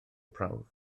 prawf